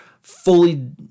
fully